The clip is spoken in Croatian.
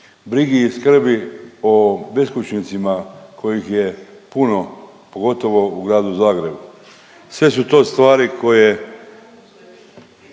brigi i skrbi o beskućnicima kojih je puno pogotovo u Gradu Zagrebu. Sve su to stvari koje